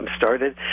started